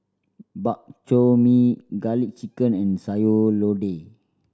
Bak Chor Mee Garlic Chicken and Sayur Lodeh